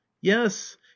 yes